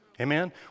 Amen